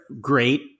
great